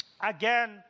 Again